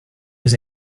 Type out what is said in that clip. his